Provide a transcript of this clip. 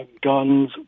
guns